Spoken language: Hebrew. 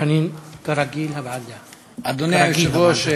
אדוני היושב-ראש,